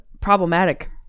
problematic